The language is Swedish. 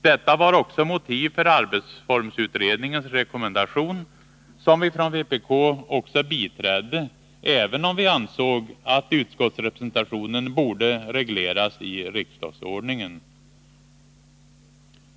Detta var också motiv för arbetsformsutredningens rekommendation, som vi från vpk biträdde, även om vi ansåg att utskottsrepresentationen borde regleras i riksdagsordningen.